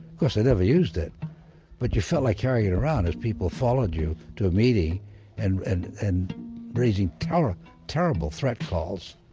course i never used it but you felt like carrying it around as people followed you to a meeting and and and raising terrible terrible threat calls.